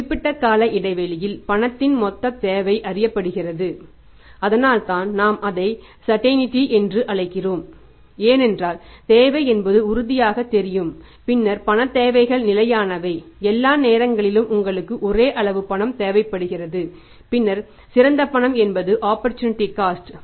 குறிப்பிட்ட கால இடைவெளியில் பணத்திற்கான மொத்த தேவை அறியப்படுகிறது அதனால்தான் நாம் அதை ஸர்டந்டீ